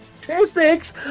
statistics